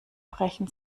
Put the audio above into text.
brechen